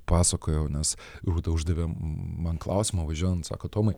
pasakojau nes rūta uždavė man klausimą važiuojant sako tomai